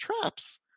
traps